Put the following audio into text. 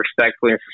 respectfully